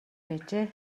байжээ